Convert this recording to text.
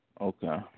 Okay